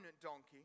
donkey